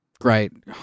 great